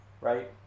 right